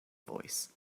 voice